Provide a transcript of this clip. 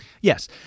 Yes